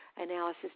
analysis